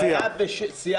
הוא חייב סיעה.